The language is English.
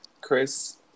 Chris